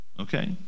okay